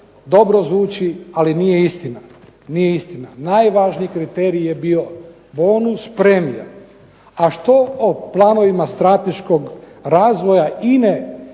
Dobro zvuči ali nije istina. Najvažniji kriterij je bio bonus premija. A što o planovima strateškog razvoja INA-e